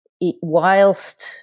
whilst